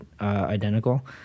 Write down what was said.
identical